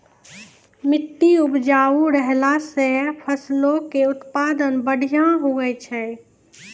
मट्टी उपजाऊ रहला से फसलो के उत्पादन बढ़िया होय छै